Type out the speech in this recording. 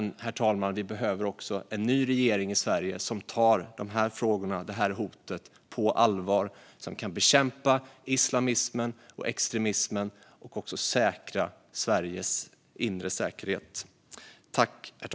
Vi behöver också en ny regering i Sverige, herr talman - en regering som tar de här frågorna och det här hotet på allvar, som kan bekämpa islamismen och extremismen och säkra Sveriges inre säkerhet.